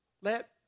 Let